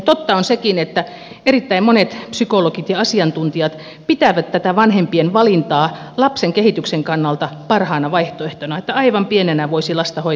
totta on sekin että erittäin monet psykologit ja asiantuntijat pitävät tätä vanhempien valintaa lapsen kehityksen kannalta parhaana vaihtoehtona että aivan pienenä voisi lasta hoitaa kotona